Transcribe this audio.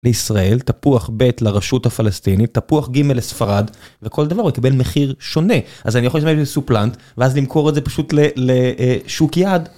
לישראל, תפוח בית לרשות הפלסטינית, תפוח גימל לספרד, וכל דבר מקבל מחיר שונה. אז אני יכול להשתמש בסופלנט, ואז למכור את זה פשוט לשוק יעד